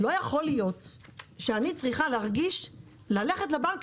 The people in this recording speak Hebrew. לא יכול להיות שאני צריכה ללכת לבנק,